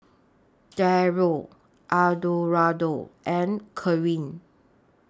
Darold Eduardo and Karyn